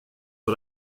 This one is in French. sur